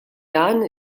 għan